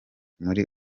muri